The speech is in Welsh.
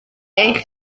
eich